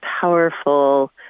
powerful